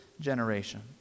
generation